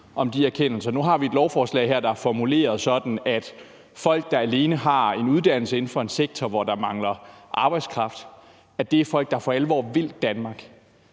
om de erkendelser. Nu har vi et lovforslag her, der er formuleret sådan, at folk, der alene har en uddannelse inden for en sektor, hvor der mangler arbejdskraft, er folk, der for alvor vil Danmark.